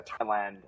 Thailand